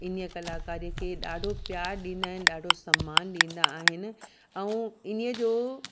इनीअ कलाकारीअ खे ॾाढो प्यार ॾींदा आहिनि ॾाढो सम्मान ॾींदा आहिन ऐं इनीअ जो